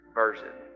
version